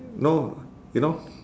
no you know